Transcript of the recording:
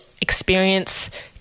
experience